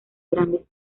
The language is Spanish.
grandes